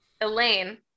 Elaine